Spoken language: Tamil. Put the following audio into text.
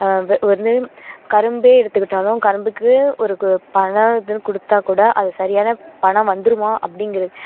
வந்து கரும்பே எடுத்துக்கிட்டாலும் கரும்புக்கு ஒரு கு பணம் இதுன்னு கொடுத்தாக்கூட அது சரியான பணமாக வந்துடுமா அப்படிங்கிறது